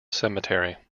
cemetery